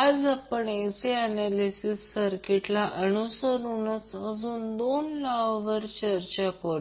आज आपण AC circuit ऍनॅलिसिसला अनुसरून अजून दोन लॉ वर चर्चा करू